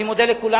אני מודה לכולם.